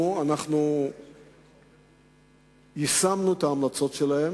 ואנחנו יישמנו את ההמלצות של כל הוועדות שהוקמו.